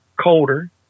colder